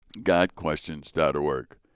GodQuestions.org